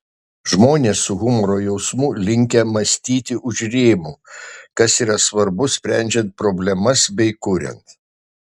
žmonės su humoro jausmu linkę mąstyti už rėmų kas yra svarbu sprendžiant problemas bei kuriant